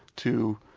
to